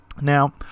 now